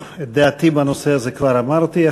את דעתי בנושא הזה כבר אמרתי,